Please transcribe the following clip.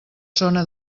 zona